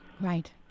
Right